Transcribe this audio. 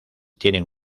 tienen